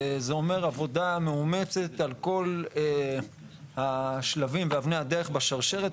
זה אומר עבודה מאומצת על כל השלבים ואבני הדרך בשרשרת.